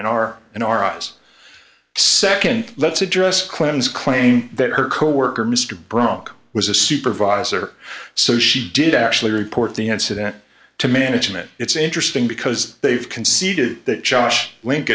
in our in our eyes nd let's address clinton's claim that her coworker mr brock was a supervisor so she did actually report the incident to management it's interesting because they've conceded that josh link